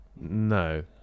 No